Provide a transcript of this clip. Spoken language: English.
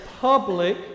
public